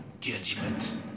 Judgment